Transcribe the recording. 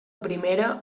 primera